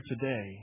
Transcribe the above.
today